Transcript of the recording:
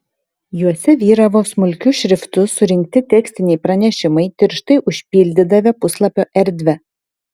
juose vyravo smulkiu šriftu surinkti tekstiniai pranešimai tirštai užpildydavę puslapio erdvę